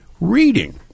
reading